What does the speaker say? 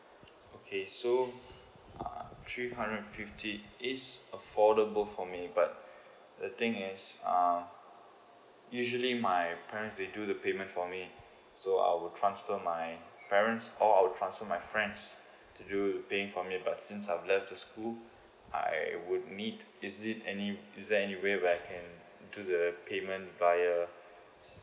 okay so uh three hundred and fifty is affordable for me but the things is uh usually my parents they do the payment for me so I'll transfer my parents or I'll transfer my friends to do the paying for me but since I'm left the school so I would need is it any is there anywhere where can do the payment via uh